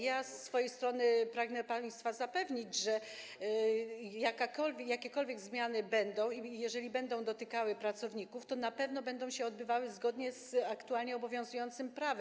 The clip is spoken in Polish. Ja ze swojej strony pragnę państwa zapewnić, że jakiekolwiek zmiany będą, jeżeli będą dotykały pracowników, to na pewno będą się odbywały zgodnie z aktualnie obowiązującym prawem.